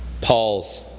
Paul's